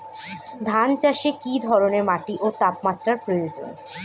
ধান চাষে কী ধরনের মাটি ও তাপমাত্রার প্রয়োজন?